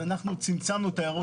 אז אנחנו צמצמנו את ההערות שלנו.